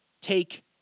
take